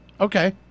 Okay